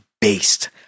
based